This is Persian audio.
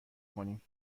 کنیم